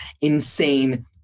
insane